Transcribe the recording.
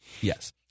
Yes